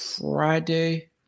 Friday